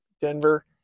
Denver